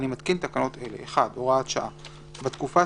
אני מתקין תקנות אלה: הוראת שעה 1. בתקופה